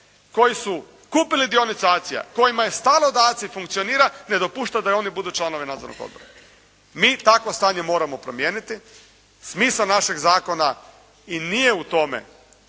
koji su kupili dionice ACI-a, kojima je stalo da ACI-a funkcionira, ne dopušta da i oni budu članovi nadzornog odbora. Mi takvo stanje moramo promijeniti, smisao našeg zakona i nije u tome,